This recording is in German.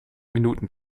minuten